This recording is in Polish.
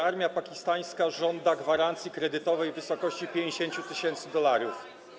Armia pakistańska żąda gwarancji kredytowej w wysokości 50 tys. dolarów.